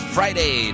Friday